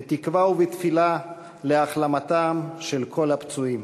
בתקווה ובתפילה להחלמתם של כל הפצועים.